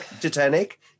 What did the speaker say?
Titanic